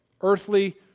Earthly